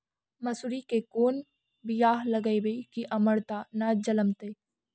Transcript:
मसुरी के कोन बियाह लगइबै की अमरता न जलमतइ?